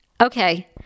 Okay